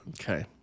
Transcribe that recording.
Okay